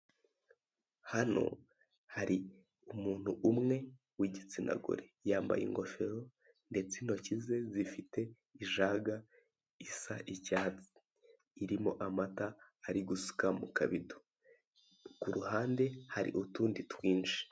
Hano hari umuntu umwe w'igitsinagore yambaye ingofero ndetse intoki ze zifite ijaga isa icyatsi irimo amata ari gusuka mu kabido. Ku ruhande hari utundi twinshi.